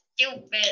stupid